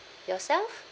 yourself